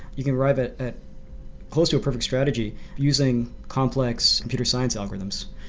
you can arrive at at close to a perfect strategy using complex computer science algorithms.